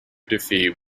defeat